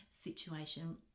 situation